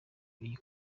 b’iyi